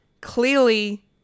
clearly